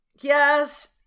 Yes